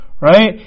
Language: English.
Right